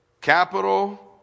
capital